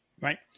Right